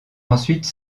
ensuite